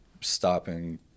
stopping